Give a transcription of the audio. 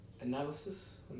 analysis